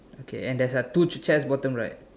okay and there's a two chairs bottom right